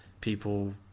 people